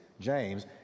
James